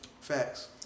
Facts